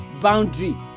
boundary